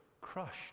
Crushed